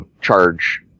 Charge